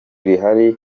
rihari